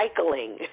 recycling